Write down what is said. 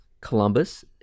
Columbus